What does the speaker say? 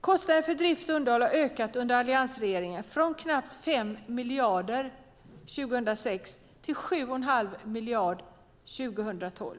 Kostnaderna för drift och underhåll har ökat under alliansregeringen från knappt 5 miljarder 2006 till 7 1⁄2 miljard 2012.